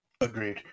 Agreed